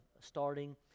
starting